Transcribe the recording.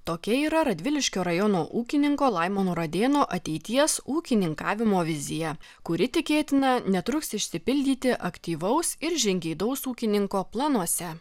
tokia yra radviliškio rajono ūkininko laimono radėno ateities ūkininkavimo vizija kuri tikėtina netruks išsipildyti aktyvaus ir žingeidaus ūkininko planuose